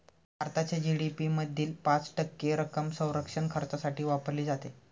भारताच्या जी.डी.पी मधील पाच टक्के रक्कम संरक्षण खर्चासाठी वापरली जाते